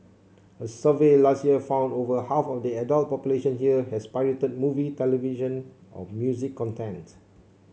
a survey last year found over half of the adult population here has pirated movie television or music content